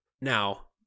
Now